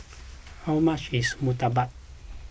how much is Murtabak